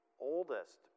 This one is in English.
oldest